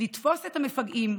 לתפוס את המפגעים,